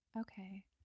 Okay